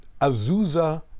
Azusa